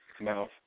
mouth